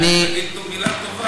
תגיד גם מילה טובה.